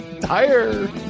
tire